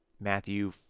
Matthew